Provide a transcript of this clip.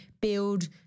build